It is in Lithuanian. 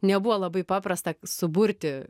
nebuvo labai paprasta suburti